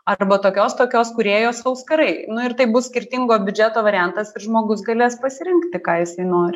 arba tokios tokios kūrėjos auskarai nu ir tai bus skirtingo biudžeto variantas ir žmogus galės pasirinkti ką jisai nori